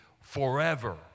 forever